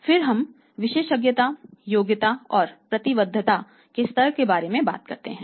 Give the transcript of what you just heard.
फिर हम विशेषज्ञता योग्यता और प्रतिबद्धता के स्तर के बारे में बात करते हैं